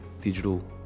digital